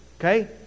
Okay